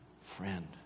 friend